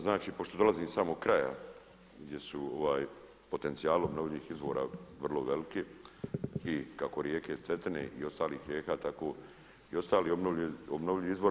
Znači, pošto dolazim iz samog kraja gdje su potencijali obnovljivih izvora vrlo veliki i kako rijeke Cetine i ostalih rijeka, tako i ostali obnovljivi izvori.